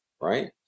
right